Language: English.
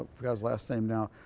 forgot his last name now,